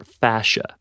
fascia